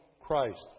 Christ